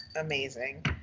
amazing